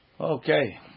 Okay